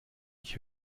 ich